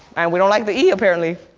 and we don't like the e apparently.